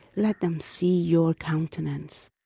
let them see your countenance.